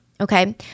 okay